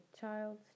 Child